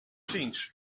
ziens